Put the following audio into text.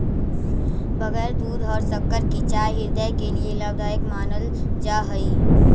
बगैर दूध और शक्कर की चाय हृदय के लिए लाभदायक मानल जा हई